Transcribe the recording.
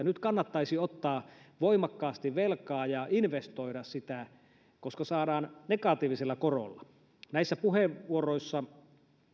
nyt kannattaisi ottaa voimakkaasti velkaa ja investoida sitä koska saadaan negatiivisella korolla näissä puheenvuoroissa